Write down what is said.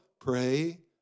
pray